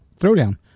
throwdown